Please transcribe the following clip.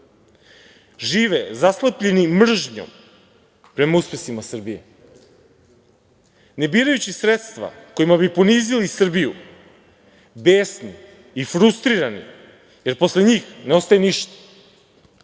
žive zaslepljeni mržnjom prema uspesima Srbije, ne birajući sredstva kojima bi ponizili Srbiju, besni i frustrirani, jer posle njih ne ostaje ništa. Oni